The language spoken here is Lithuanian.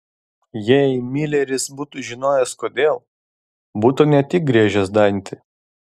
jei mileris būtų žinojęs kodėl būtų ne tik griežęs dantį